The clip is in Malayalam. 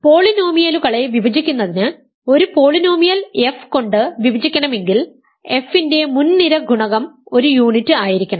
പോളിനോമിയലുകളെ വിഭജിക്കുന്നതിന് ഒരു പോളിനോമിയൽ എഫ് കൊണ്ട് വിഭജിക്കണമെങ്കിൽ എഫ് ന്റെ മുൻനിര ഗുണകം ഒരു യൂണിറ്റ് ആയിരിക്കണം